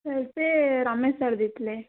sir ସେ Ramesh sir ଦେଇଥିଲେ